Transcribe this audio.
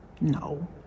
no